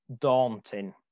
daunting